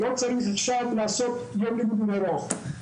לא צריך לעשות עכשיו יום לימודים ארוך.